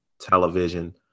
television